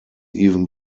even